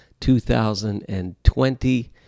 2020